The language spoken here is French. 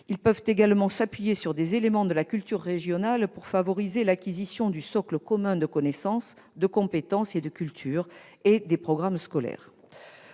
Ils peuvent également s'appuyer sur des éléments de la culture régionale pour favoriser l'acquisition du socle commun de connaissances, de compétences et de culture et des programmes scolaires